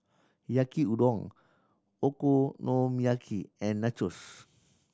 Yaki Udon Okonomiyaki and Nachos